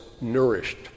nourished